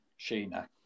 Sheena